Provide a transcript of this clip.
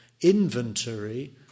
inventory